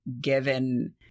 given